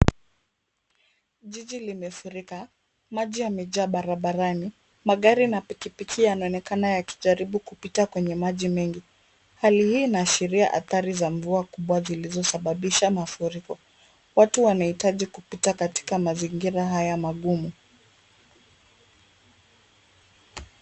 Jiji limefurika, maji yamejaa barabarani, magari na pikipiki yanaonekana yakijaribu kupita kwenye maji mengi. Hali hii inaashiria adhari za mvua kubwa zilizosababisha mafuriko. Watu wanahitaji kupita katika mazingira haya magumu.